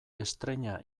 estreina